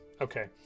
Okay